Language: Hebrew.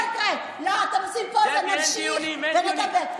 לא, אתם עושים פוזה: נמשיך ונדבר.